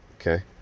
Okay